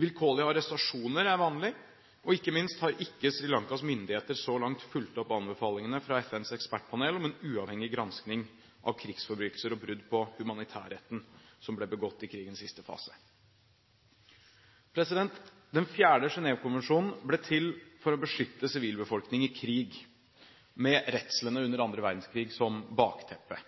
Vilkårlige arrestasjoner er vanlig. Ikke minst har ikke Sri Lankas myndigheter så langt fulgt opp anbefalingene fra FNs ekspertpanel om en uavhengig granskning av krigsforbrytelser og brudd på humanitærretten som ble begått i krigens siste fase. Den fjerde Genève-konvensjonen ble til for å beskytte sivilbefolkning i krig, med redslene under annen verdenskrig som bakteppe.